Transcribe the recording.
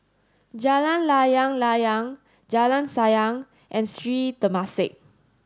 Jalan Layang Layang Jalan Sayang and Sri Temasek